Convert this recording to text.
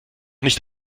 nicht